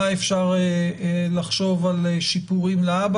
מה אפשר לחשוב על שיפורים להבא,